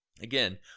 again